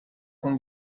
con